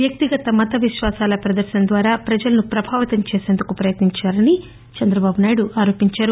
వ్యక్తిగత మత విశ్వాసాల ప్రదర్తన ద్వారా ప్రజలను ప్రభావితం చేసేందుకు ప్రయత్ని ంచారని నాయుడు ఆరోపించారు